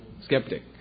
skeptic